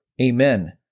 Amen